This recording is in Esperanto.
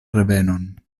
revenon